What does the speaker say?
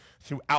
throughout